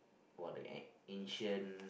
or the an~ ancient